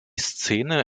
szene